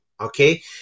okay